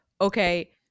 okay